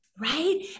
right